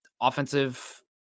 Offensive